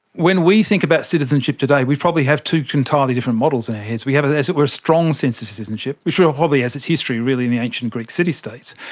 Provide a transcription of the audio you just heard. when we think about citizenship today we probably have two entirely different models in our heads. we have, as as it were, a strong sense of citizenship, which probably has its history really in the ancient greek city states.